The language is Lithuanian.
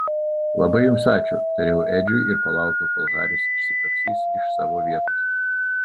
labai jums ačiū tariau edžiui ir palaukiau kol haris išsikrapštys iš savo vietos